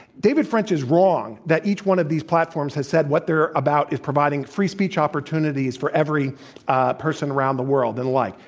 david french is wrong that each one of these platforms has said what they're about is providing free speech opportunities for every person around the world and the like.